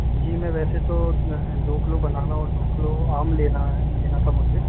जी मैं वैसे तो दो किलो बनाना और दो किलो आम लेना है लेना था मुझे